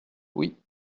oui